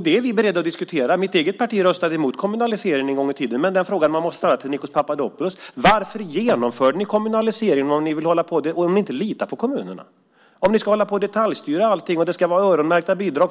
Det är vi beredda att diskutera. Mitt eget parti röstade mot kommunaliseringen en gång i tiden. Men den fråga man måste ställa till Nikos Papadopoulos är: Varför genomförde ni kommunaliseringen om ni inte litar på kommunerna? Varför har ni kommunaliserat skolan om ni ska hålla på och detaljstyra allting, och det ska vara öronmärkta bidrag?